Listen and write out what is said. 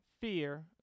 fear